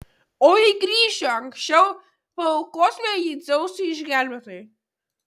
o jei grįšiu anksčiau paaukosime jį dzeusui išgelbėtojui